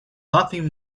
nothing